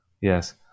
yes